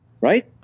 right